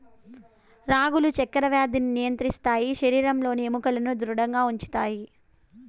రాగులు చక్కర వ్యాధిని నియంత్రిస్తాయి శరీరంలోని ఎముకలను ధృడంగా ఉంచుతాయి